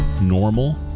normal